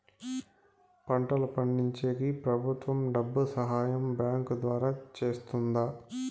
పంటలు పండించేకి ప్రభుత్వం డబ్బు సహాయం బ్యాంకు ద్వారా చేస్తుందా?